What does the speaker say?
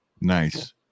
nice